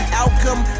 outcome